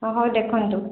ହ ହଉ ଦେଖନ୍ତୁ